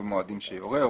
במועדים שיורה.